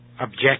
object